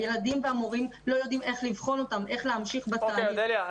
הילדים והמורים לא יודעים איך להמשיך בתהליך --- אודליה,